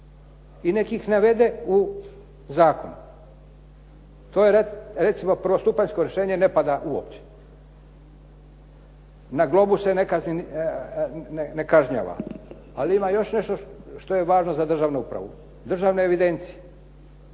I neka ih navede u zakon. To je recimo prvostupanjsko rješenje ne pada uopće. Na globu se ne kažnjava. Ali ima još nešto što je važno za državnu upravu državne evidencije.